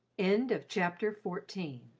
end of chapter fourteen